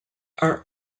are